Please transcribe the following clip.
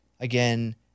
again